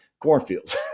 cornfields